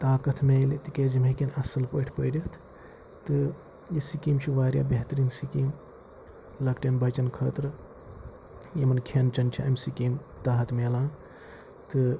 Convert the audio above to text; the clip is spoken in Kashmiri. طاقت میلہِ تِکیٛازِ یِم ہیٚکَن اصٕل پٲٹھۍ پٔرِتھ تہٕ یہِ سِکیٖم چھِ واریاہ بہتریٖن سِکیٖم لَکٹیٚن بَچَن خٲطرٕ یِمَن کھیٚن چیٚن چھِ اَمہِ سِکیٖم تحت میلان تہٕ